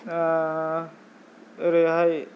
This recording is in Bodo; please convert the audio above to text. ओरैहाय